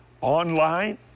online